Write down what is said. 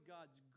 God's